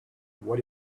what